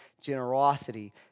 generosity